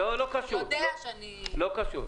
הוא יודע שאני --- לא קשור.